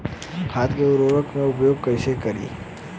खाद व उर्वरक के उपयोग कईसे करी?